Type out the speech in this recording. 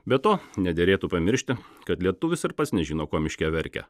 be to nederėtų pamiršti kad lietuvis ir pats nežino ko miške verkia